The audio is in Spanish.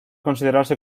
considerarse